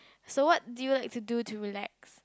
so what do you like to do to relax